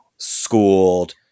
schooled